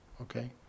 okay